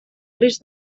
risc